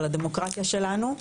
על הדמוקרטיה שלנו.